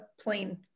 plain